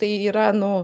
tai yra nu